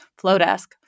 flowdesk